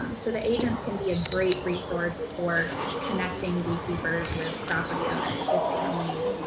so the agents can be a great resource for connecting beekeepers with property owners if they need